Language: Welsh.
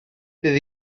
bydd